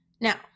Now